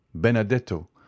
Benedetto